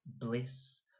bliss